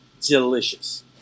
delicious